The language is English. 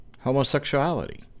homosexuality